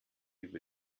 über